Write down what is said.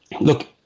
look